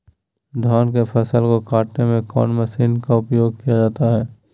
धान के फसल को कटने में कौन माशिन का उपयोग किया जाता है?